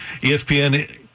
ESPN